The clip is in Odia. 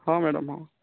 ହଁ ମ୍ୟାଡ଼ାମ ହଁ